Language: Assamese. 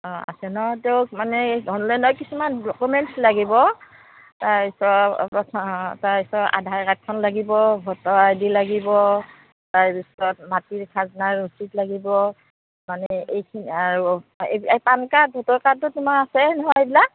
অঁ আছে নহয় তেওঁক মানে এই অনলাইনৰ কিছুমান ডকুমেণ্টছ লাগিব তাৰপিছত তাৰপিছত আধাৰ কাৰ্ডখন লাগিব ভোটাৰ আই ডি লাগিব তাৰপিছত মাটিৰ খাজনাৰ ৰচিদ লাগিব মানে এইখিনি আৰু এই পেন কাৰ্ড ভোটৰ কাৰ্ডটো তোমাৰ আছে নহয় এইবিলাক